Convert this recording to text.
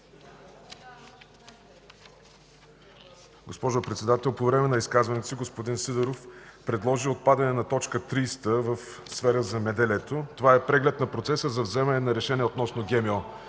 Госпожо Председател, по време на изказването си господин Сидеров предложи отпадане на т. 30 в Раздел „В сферата на земеделието”. Това е „Преглед на процеса за вземане на решения относно ГМО”.